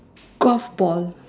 golf ball